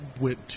went